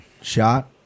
shot